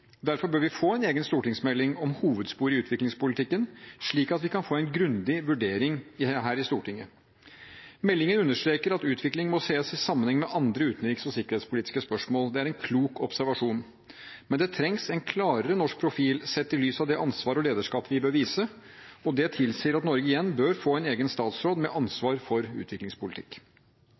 Derfor bør vi få en egen stortingsmelding om hovedspor i utviklingspolitikken, slik at vi kan få en grundig vurdering her i Stortinget. Meldingen understreker at utvikling må ses i sammenheng med andre utenriks- og sikkerhetspolitiske spørsmål. Det er en klok observasjon, men det trengs en klarere norsk profil sett i lys av det ansvar og lederskap vi bør vise, og det tilsier at Norge igjen bør få en egen statsråd med ansvar for utviklingspolitikk.